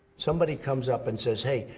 somebody comes up and says, hey,